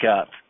up